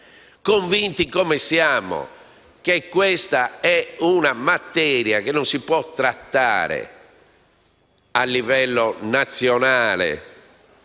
convinti come siamo che questa è una materia che non si può trattare a livello nazionale,